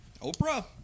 Oprah